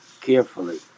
carefully